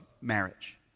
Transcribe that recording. marriage